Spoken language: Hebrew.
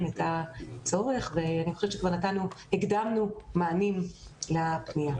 את הצורך ואני חושבת שכבר הקדמנו מענים לפנייה.